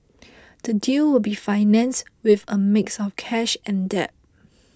the deal will be financed with a mix of cash and debt